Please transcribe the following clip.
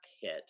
hit